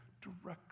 directly